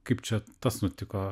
kaip čia tas nutiko